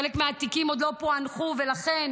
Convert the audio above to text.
חלק מהתיקים עוד לא פוענחו, ולכן